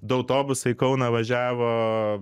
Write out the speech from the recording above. du autobusai į kauną važiavo